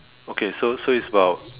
okay so so is about